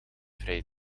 vrije